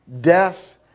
death